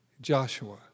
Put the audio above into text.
Joshua